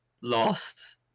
lost